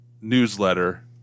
newsletter